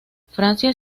francia